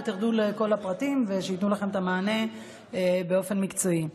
ותרדו לכל הפרטים ושייתנו לכם את המענה באופן מקצועי.